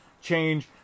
change